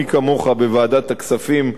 מי כמוך, בוועדת הכספים,